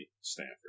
Stanford